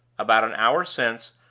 about an hour since,